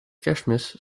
kerstmis